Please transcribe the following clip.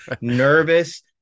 nervous